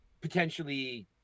potentially